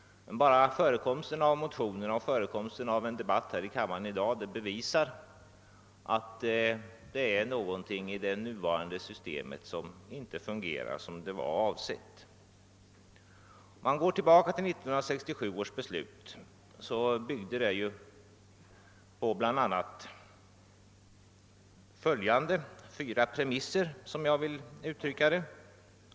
Men bara förekomsten av motioner och förekomsten av en debatt här i kammaren i dag bevisar att det är någonting i det nuvarande systemet som inte fungerar som avsikten varit. 1967 års beslut byggde på följande fyra premisser, som jag vill uttrycka det.